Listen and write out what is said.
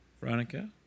Veronica